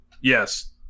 Yes